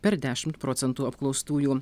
per dešimt procentų apklaustųjų